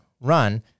run